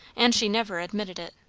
and she never admitted it.